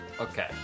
Okay